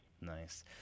Nice